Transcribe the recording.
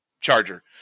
Charger